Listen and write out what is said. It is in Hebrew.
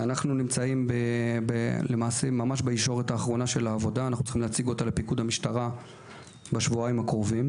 למעשה אנחנו נמצאים בישורת האחרונה של העבודה ובשבועיים הקרובים